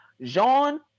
Jean